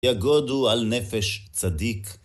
יגודו על נפש צדיק.